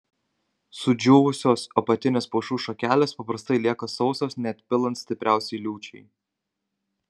sudžiūvusios apatinės pušų šakelės paprastai lieka sausos net pilant stipriausiai liūčiai